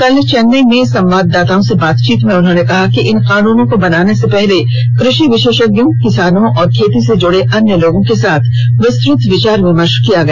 कल चेन्नई में संवाददाताओं से बातचीत में उन्होंने कहा कि इन कानूनों को बनाने से पहले कृषि विशेषज्ञों किसानों और खेती से जुड़े अन्य लोगों के साथ विस्तृत विचार विमर्श किया गया